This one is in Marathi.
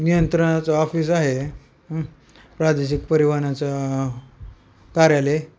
नियंत्रणाचा ऑफिस आहे प्रादेशिक परिवहनाचा कार्यालय